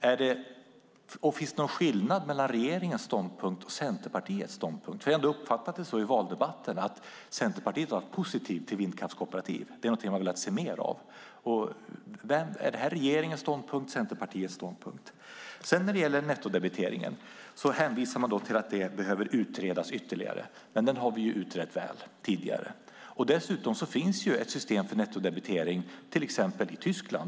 Och finns det någon skillnad mellan regeringens ståndpunkt och Centerpartiets ståndpunkt? Jag har i valdebatterna ändå uppfattat det som att Centerpartiet har varit positivt till vindkraftskooperativ och att det är någonting man har velat se mer av. Är det regeringens ståndpunkt eller Centerpartiets ståndpunkt? När det sedan gäller nettodebiteringen hänvisar man till att den behöver utredas ytterligare, men den har vi ju utrett väl tidigare. Dessutom finns ett system för nettodebitering till exempel i Tyskland.